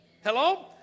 Hello